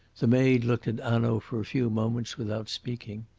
the maid looked at hanaud for a few moments without speaking.